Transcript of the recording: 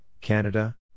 Canada